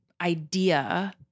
idea